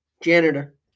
janitor